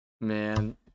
Man